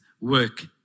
work